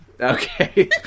Okay